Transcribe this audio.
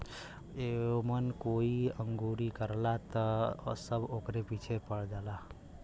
ओमन कोई अंगुरी करला त इ सब ओकरे पीछे पड़ जालन